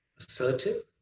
assertive